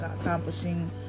accomplishing